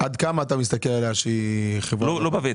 עד כמה אתה מסתכל עליה שהיא חברה -- לא בוותק,